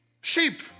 sheep